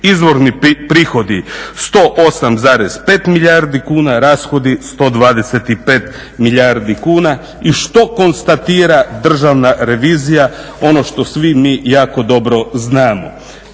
Izvorni prihodi 108,5 milijardi kuna, rashodi 125 milijardi kuna. I što konstatira Državna revizija? Ono što svi mi jako dobro znamo.